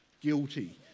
guilty